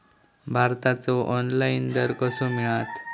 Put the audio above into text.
भाताचो ऑनलाइन दर कसो मिळात?